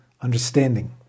understanding